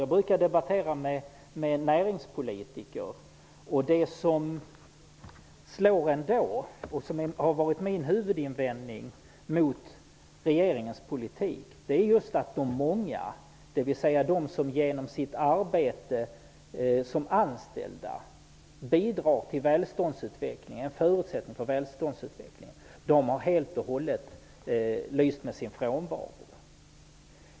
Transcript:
Jag brukar debattera med näringspolitiker, och det som då har slagit mig och som varit min huvudinvändning mot regeringens politik är att de många, som genom sitt arbete som anställda bidrar till välståndsutvecklingen och är en förutsättning för denna, helt och hållet har lyst med sin frånvaro.